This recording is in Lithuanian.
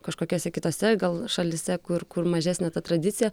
kažkokiose kitose gal šalyse kur kur mažesnė ta tradicija